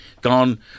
gone